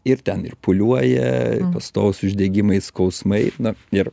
ir ten ir pūliuoja pastovūs uždegimai skausmai na ir